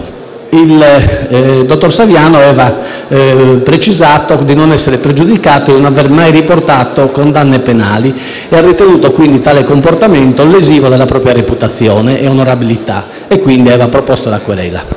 Il dottor Saviano aveva precisato di non essere pregiudicato e di non aver mai riportato condanne penali, ritenendo tale comportamento lesivo della propria reputazione e onorabilità, ragion per cui aveva proposto la querela.